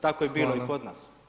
Tako je bilo i kod nas.